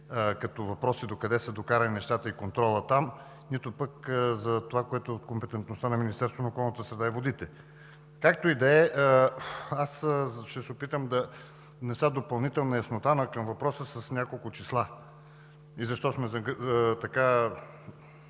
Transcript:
като въпроси докъде са докарани нещата и контролът там, нито пък за това, което е от компетентността на Министерството на околната среда и водите. Както и да е. Аз ще се опитам да внеса допълнителна яснота към въпроса с няколко числа и защо сме